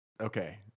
okay